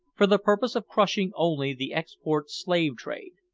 for the purpose of crushing only the export slave-trade.